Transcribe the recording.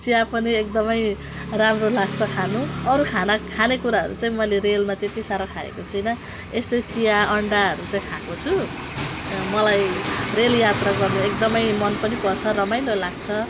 चिया पनि एकदमै राम्रो लाग्छ खानु अरू खाना खानेकुराहरू चाहिँ मैले रेलमा त्यति साह्रो खाएको छुइनँ यस्तो चिया अन्डाहरू चाहिँ खाएको छु र मलाई रेलयात्रा गरेर एकदमै मन पनि पर्छ रमाइलो लाग्छ